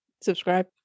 Subscribe